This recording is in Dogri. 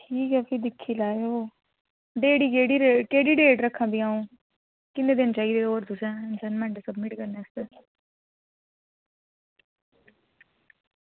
ठीक ऐ फ्ही दिक्खी लैएओ देनी केह्ड़ी डेट रक्खां फ्ही अं'ऊ किन्ने दिन चाहिदे होर तुसें असाइनमेंट सबमिट करने आस्तै